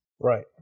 Right